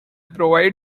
provide